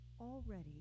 already